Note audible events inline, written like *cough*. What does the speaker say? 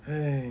*noise*